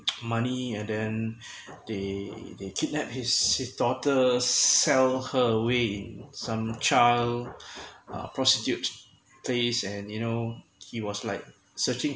money and then they they kidnap his his daughters sell her away some child uh prostitute place and you know he was like searching